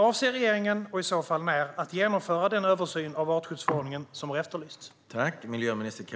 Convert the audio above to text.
Avser regeringen att genomföra den översyn av artskyddsförordningen som har efterlysts och i så fall när?